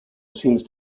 seems